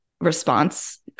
response